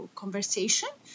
conversation